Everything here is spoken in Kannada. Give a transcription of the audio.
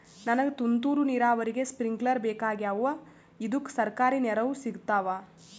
ನನಗ ತುಂತೂರು ನೀರಾವರಿಗೆ ಸ್ಪಿಂಕ್ಲರ ಬೇಕಾಗ್ಯಾವ ಇದುಕ ಸರ್ಕಾರಿ ನೆರವು ಸಿಗತ್ತಾವ?